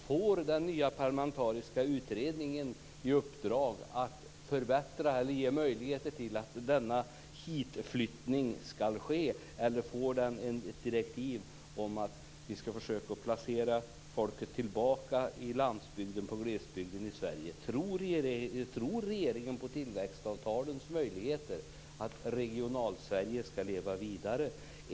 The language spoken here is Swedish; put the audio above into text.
Får den nya parlamentariska utredningen i uppdrag att göra det möjligt för människor att flytta hit, eller får den ett direktiv om att vi skall försöka att placera människorna tillbaka i landsbygden och i glesbygden i Sverige? Tror regeringen på tillväxtavtalens möjligheter och att Regionalsverige kan leva vidare?